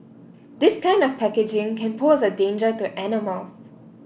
this kind of packaging can pose a danger to animals